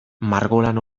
margolan